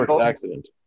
accident